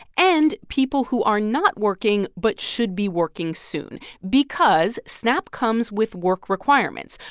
and people who are not working but should be working soon because snap comes with work requirements.